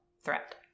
threat